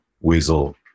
Weasel